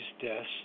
deaths